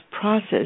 process